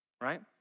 right